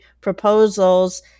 proposals